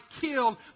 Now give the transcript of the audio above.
killed